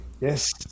Yes